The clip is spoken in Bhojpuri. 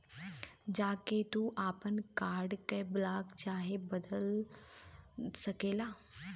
जा के तू आपन कार्ड के ब्लाक चाहे बदल सकेला